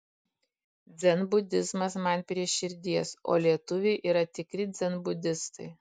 dzenbudizmas man prie širdies o lietuviai yra tikri dzenbudistai